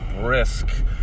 brisk